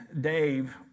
Dave